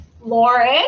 Lauren